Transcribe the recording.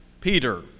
Peter